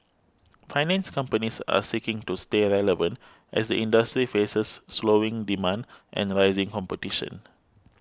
finance companies are seeking to stay relevant as the industry faces slowing demand and rising competition